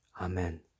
Amen